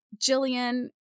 Jillian